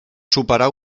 superar